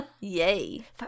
Yay